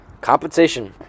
compensation